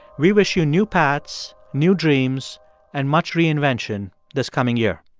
we wish you new paths, new dreams and much reinvention this coming year.